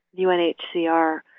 UNHCR